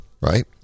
right